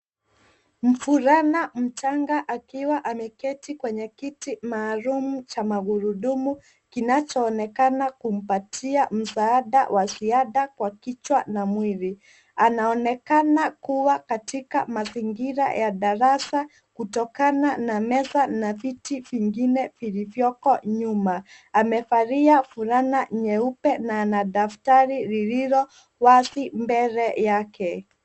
Mvulana mchanga akiwa ameketi kwenye kiti maalumu cha magurudumu kinachoonekana kumpatia msaada wa ziada kwa kichwa na mwili. Anaonekana kuwa katika mazingira ya darasa kutokana na meza na viti vinne vilivyoko nyuma. Amevalia fulana nyeupe na ana daftari lililo wazi mbele yake.